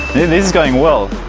is going well!